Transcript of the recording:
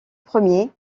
premier